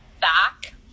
Back